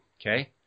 Okay